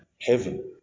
heaven